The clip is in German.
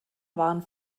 waren